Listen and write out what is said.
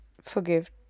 forgive